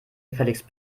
gefälligst